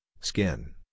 skin